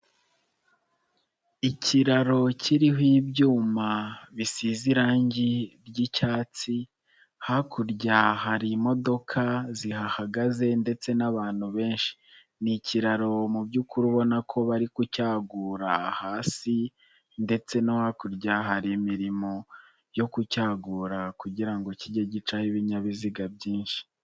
Ikiraro kiriho ibyuma bisize irangi ry'icyatsi, hakurya hari imodoka zihahagaze ndetse n'abantu benshi. Ni ikiraro mu by'ukuri ubona ko bari kucyagura hasi ndetse no hakurya hari imirimo yo cyagura kugira ngo kige gicaho ibinyabiziga byinshi.